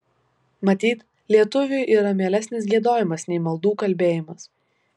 matyt lietuviui yra mielesnis giedojimas nei maldų kalbėjimas